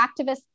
activists